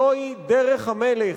זוהי דרך המלך: